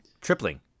Tripling